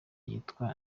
yitwa